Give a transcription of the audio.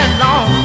long